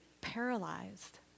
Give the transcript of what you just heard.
paralyzed